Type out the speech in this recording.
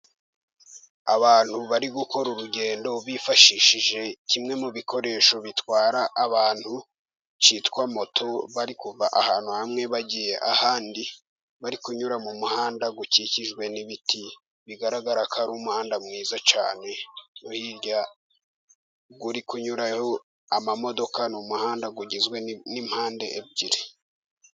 Abantu bari gukora urugendo bifashishije kimwe mu bikoresho bitwara abantu kitwa moto, bari kuva ahantu hamwe bagiye ahandi, bari kunyura mu muhanda ukikijwe n'ibiti bigaragara ko ari umuhanda mwiza cyane, hirya hari kunyura amamodoka, n'umuhanda ugizwe n'impande ebyiri.